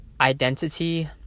identity